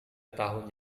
tahun